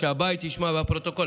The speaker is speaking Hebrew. שהבית ישמע והפרוטוקול,